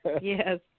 Yes